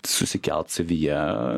susikelt savyje